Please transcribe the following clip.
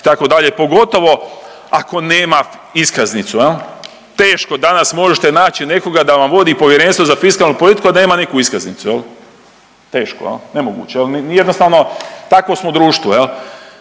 Pogotovo ako nema iskaznicu jel. Teško danas možete naći nekoga da vam vodi povjerenstvo za fiskalnu politiku, a da nema neku iskaznicu jel, teško jel, nemoguće jel, jednostavno takvo smo društvo